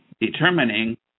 determining